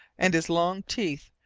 and his long teeth,